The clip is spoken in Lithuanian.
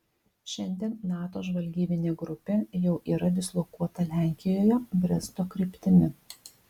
šiandien nato žvalgybinė grupė jau yra dislokuota lenkijoje bresto kryptimi